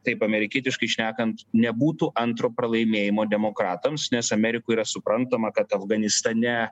taip amerikietiškai šnekant nebūtų antro pralaimėjimo demokratams nes amerikoj yra suprantama kad afganistane